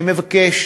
אני מבקש